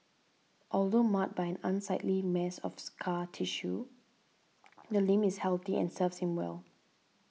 although marred by unsightly mass of scar tissue the limb is healthy and serves him well